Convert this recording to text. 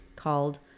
called